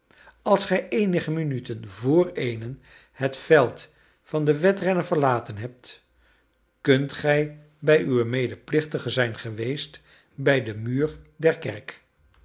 als gij eenige minuten vr eenen het veld van de wedrennen verlaten hebt kunt gij bij uw medeplichtige zijn geweest bij den muur der kerk